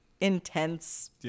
intense